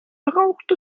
braucht